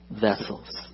vessels